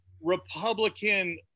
Republican